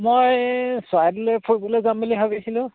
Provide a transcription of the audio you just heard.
মই চৰাইদেউলৈ ফুৰিবলৈ যাম বুলি ভাবিছিলোঁ